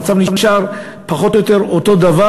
המצב נשאר פחות או יותר אותו דבר,